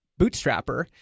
bootstrapper